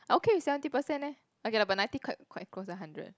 I okay with seventy percent leh okay lah but ninety quite quite close to hundred